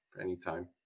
anytime